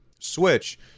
switch